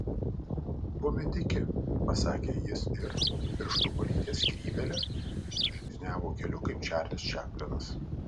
tuomet iki pasakė jis ir pirštu palietęs skrybėlę nužingsniavo keliu kaip čarlis čaplinas